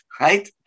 right